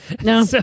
no